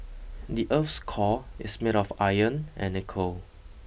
the earth's core is made of iron and nickel